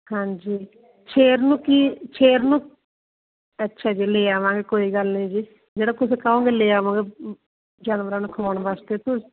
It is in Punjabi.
ਹਾਂਜੀ ਸ਼ੇਰ ਨੂੰ ਕੀ ਸ਼ੇਰ ਨੂੰ ਅੱਛਾ ਜੀ ਲੇ ਆਵਾਂਗੇ ਕੋਈ ਗੱਲ ਨਹੀਂ ਜੀ ਜਿਹੜਾ ਕੁਝ ਕਹੋਗੇ ਲੈ ਆਵਾਂਗੇ ਜਾਨਵਰਾਂ ਨੂੰ ਖਵਾਉਣ ਵਾਸਤੇ ਤੁਸ